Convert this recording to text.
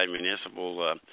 municipal